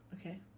Okay